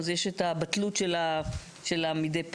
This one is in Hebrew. אז יש את הבטלות של ה"מדי פעם".